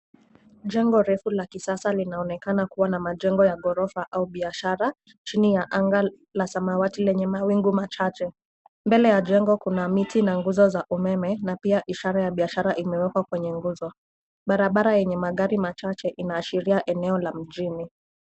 Jengo refu la kisasa linaonekana kuwa na majengo ya ghorofa au biashara. Chini ya anga la samawati lenye mawingu machache. Mbele ya jengo kuna miti na nguzo za umeme na pia ishara ya biashara imewekwa kwenye nguzo. Barabara yenye magari machache inaashiria eneo la mjini.